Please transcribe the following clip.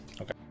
okay